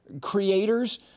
creators